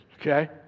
Okay